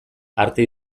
arte